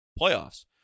playoffs